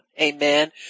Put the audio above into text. Amen